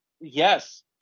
yes